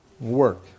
work